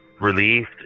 relieved